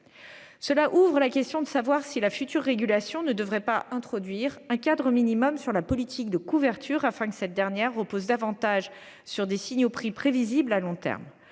on peut se demander si la future régulation ne devrait pas fixer un cadre minimum à la politique de couverture, afin que cette dernière repose davantage sur des signaux-prix prévisibles à long terme.